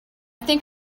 think